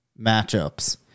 matchups